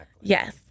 Yes